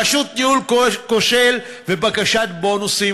פשוט ניהול כושל ובקשת בונוסים.